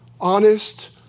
honest